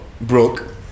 broke